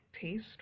taste